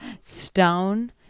Stone